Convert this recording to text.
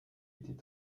était